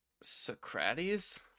Socrates